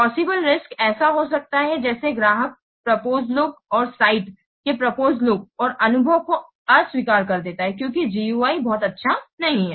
possible risk ऐसा हो सकता है जैसे ग्राहक प्रपोज लुक और साइट के प्रपोज लुक और अनुभव को अस्वीकार कर देता है क्योंकि GUI भाग बहुत अच्छा नहीं है